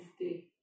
stay